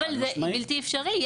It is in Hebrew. אבל זה בלתי אפשרי.